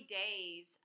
days